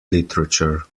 literature